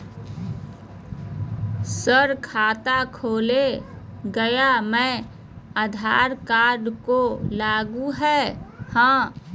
Sir खाता खोला गया मैं आधार कार्ड को लागू है हां?